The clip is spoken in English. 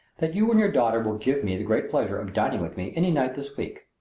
that you and your daughter will give me the great pleasure of dining with me any night this week.